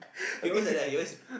he always like that he always